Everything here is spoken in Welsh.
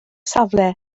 safle